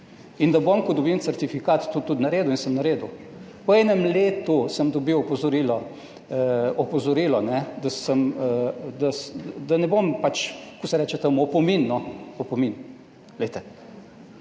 in da bom, ko dobim certifikat, to tudi naredil in sem naredil. V enem letu sem dobil opozorilo, opozorilo, da sem, da ne bom, pač, kako se reče temu opomin, no, opomin. Glejte,